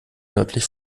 nördlich